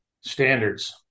Standards